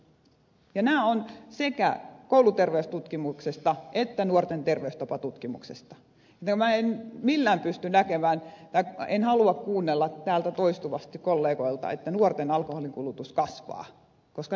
nämä tiedot ovat sekä kouluterveystutkimuksesta että nuorten terveystapatutkimuksesta joten minä en millään halua kuunnella täällä toistuvasti kollegoilta että nuorten alkoholinkulutus kasvaa koska näin ei ole